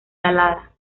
salada